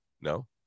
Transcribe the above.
No